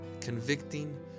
convicting